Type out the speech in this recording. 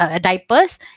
diapers